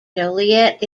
joliet